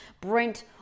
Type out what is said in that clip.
Brent